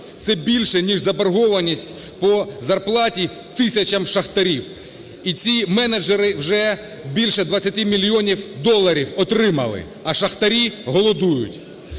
це більше ніж заборгованість по зарплаті тисячам шахтарів. І ці менеджери вже більше 20 мільйонів доларів отримали, а шахтарі голодують.